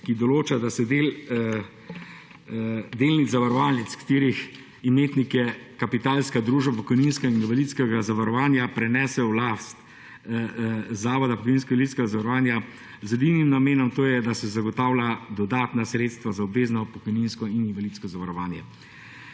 ki določa, da se del delnic zavarovalnic, katerih imetnik je kapitalska družba pokojninskega in invalidskega zavarovanja prenese v last Zavoda za pokojninsko in invalidsko zavarovanje, z edinim namenom, to je, da se zagotavlja dodatna sredstva za obvezno pokojninsko in invalidsko zavarovanje